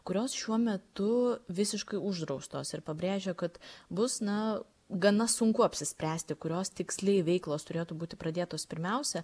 kurios šiuo metu visiškai uždraustos ir pabrėžia kad bus na gana sunku apsispręsti kurios tiksliai veiklos turėtų būti pradėtos pirmiausia